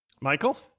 Michael